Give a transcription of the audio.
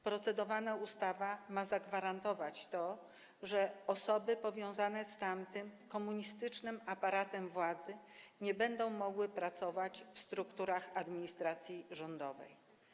Procedowana ustawa ma zagwarantować to, że osoby powiązane z tamtym, komunistycznym aparatem władzy nie będą mogły pracować w strukturach administracji rządowej.